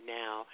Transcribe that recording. now